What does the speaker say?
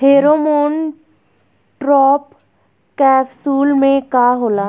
Pheromone trap capsule में का होला?